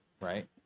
right